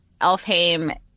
Elfheim